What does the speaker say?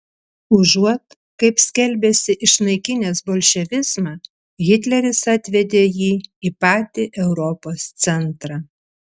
užuot kaip skelbėsi išnaikinęs bolševizmą hitleris atvedė jį į patį europos centrą